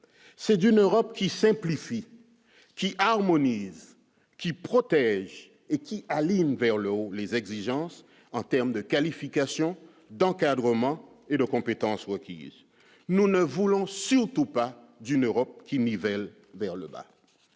c'est d'une Europe qui simplifie qui harmonise qui protège et qui aligne vers le haut les exigences en terme de qualification d'encadrement et de compétences requises, nous ne voulons surtout pas d'une Europe qui nivelle vers le bas